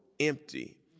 empty